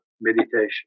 meditation